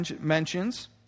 mentions